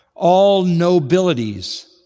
all nobilities,